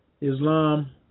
Islam